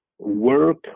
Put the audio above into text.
Work